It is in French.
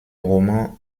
romans